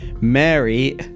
Mary